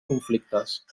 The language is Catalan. conflictes